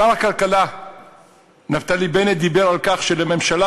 שר הכלכלה נפתלי בנט דיבר על כך שלממשלה